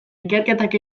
ikerketak